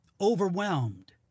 overwhelmed